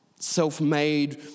Self-made